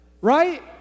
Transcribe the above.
right